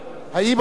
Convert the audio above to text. האם אדם,